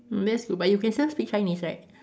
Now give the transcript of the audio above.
yes but you can still speak Chinese right